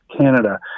Canada